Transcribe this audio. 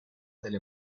delle